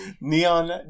Neon